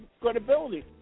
credibility